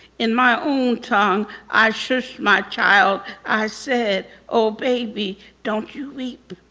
in my own tongue i shush my child. i said oh baby. don't you weep.